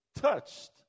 touched